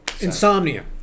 Insomnia